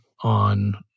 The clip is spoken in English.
on